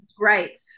right